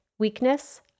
weakness